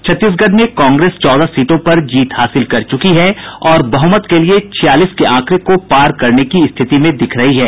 छत्तीसगढ़ में कांग्रेस चौदह सीटों पर जीत हासिल कर चुकी है और बहुमत के लिये छियालीस के आंकड़े को पार करने की स्थिति में दिख रही है